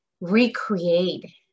recreate